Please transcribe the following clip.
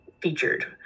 featured